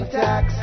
tax